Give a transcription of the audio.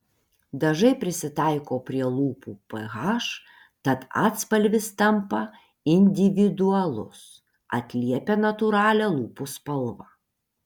dažai prisitaiko prie lūpų ph tad atspalvis tampa individualus atliepia natūralią lūpų spalvą